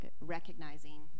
Recognizing